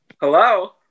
Hello